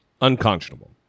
Unconscionable